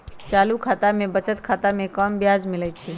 चालू खता में बचत खता से कम ब्याज मिलइ छइ